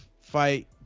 fight